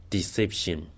Deception